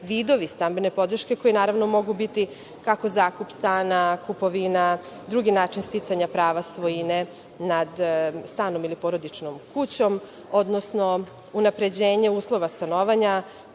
vidovi stambene podrške koji mogu biti, kako zakup stana, kupovina, drugi način sticanja prava svojine nad stanom ili porodičnom kućom, odnosno unapređenje uslova stanovanja,